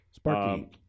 Sparky